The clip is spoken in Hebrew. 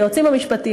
היועצים המשפטיים,